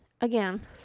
again